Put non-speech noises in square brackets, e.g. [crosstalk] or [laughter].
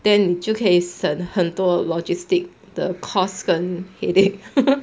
then 你就可以省很多 logistic 的 cost 跟 headache [laughs]